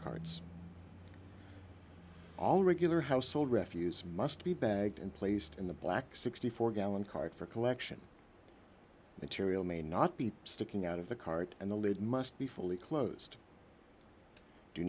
cards all regular household refuse must be bagged and placed in the black sixty four gallon cart for collection material may not be sticking out of the cart and the lid must be fully closed do